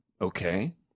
Okay